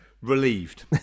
Relieved